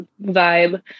vibe